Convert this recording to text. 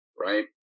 right